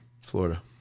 Florida